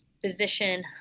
physician